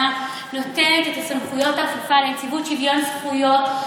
נותנת לנציבות שוויון זכויות סמכויות אכיפה,